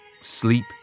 sleep